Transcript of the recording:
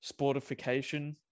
sportification